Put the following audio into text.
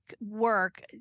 work